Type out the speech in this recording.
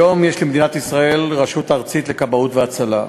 היום יש למדינת ישראל רשות ארצית לכבאות והצלה,